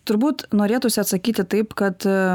turbūt norėtųsi atsakyti taip kad